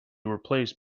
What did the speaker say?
replaced